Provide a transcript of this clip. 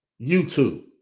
YouTube